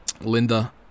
Linda